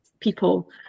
people